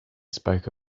spoke